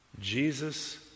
Jesus